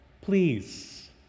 please